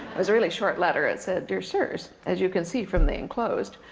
was a really short letter, it said, dear sirs, as you can see from the enclosed,